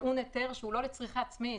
טעון היתר שהוא לא לצריכה עצמית.